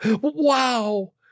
Wow